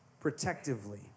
protectively